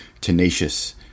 tenacious